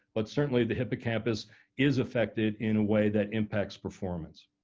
but certainly the hippocampus is affected in a way that impacts performance.